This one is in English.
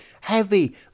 Heavy